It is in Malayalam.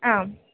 ആ